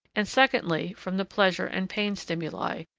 and, secondly, from the pleasure and pain stimuli,